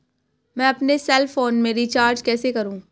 मैं अपने cell phone में रिचार्ज कैसे करूँ?